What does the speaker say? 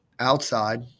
Outside